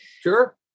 Sure